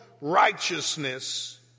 righteousness